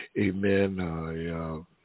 amen